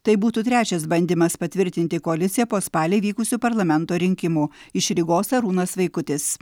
tai būtų trečias bandymas patvirtinti koaliciją po spalį vykusių parlamento rinkimų iš rygos arūnas vaikutis